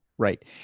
Right